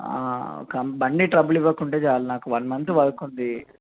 క బండి ట్రబుల్ ఇవ్వకుంటే చాలు నాకు వన్ మంత్ వర్కు ఉంది